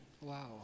Wow